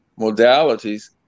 modalities